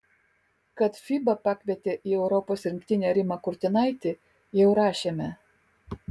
kad fiba pakvietė į europos rinktinę rimą kurtinaitį jau rašėme